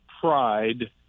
pride